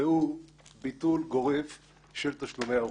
והוא ביטול גורף של תשלומי ההורים.